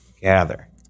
gather